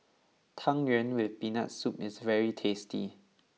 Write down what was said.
Tang Yuen with Peanut Soup is very tasty